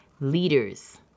Leaders